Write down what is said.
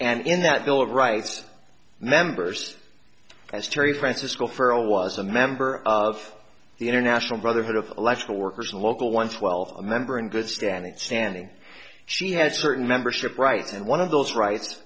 and in that bill of rights members as terri francisco for a was a member of the international brotherhood of electrical workers local one twelve a member in good standing standing she had certain membership rights and one of those rights